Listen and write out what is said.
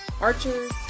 archers